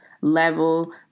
level